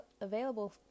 available